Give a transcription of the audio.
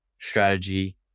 strategy